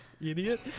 idiot